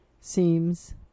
seems